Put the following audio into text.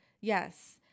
Yes